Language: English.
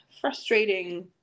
frustrating